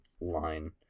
line